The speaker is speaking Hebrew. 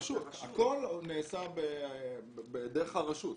הכול נעשה דרך הרשות.